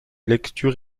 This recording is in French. lectures